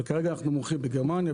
כרגע אנחנו מוכרים בגרמניה,